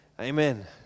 Amen